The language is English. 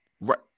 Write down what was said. Right